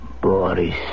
Boris